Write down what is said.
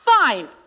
fine